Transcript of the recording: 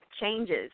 changes